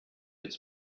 its